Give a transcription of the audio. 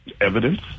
evidence